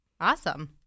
awesome